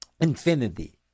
infinity